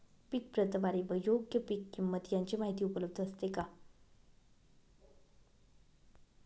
पीक प्रतवारी व योग्य पीक किंमत यांची माहिती उपलब्ध असते का?